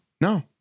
No